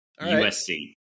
USC